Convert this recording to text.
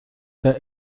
der